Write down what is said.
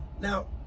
Now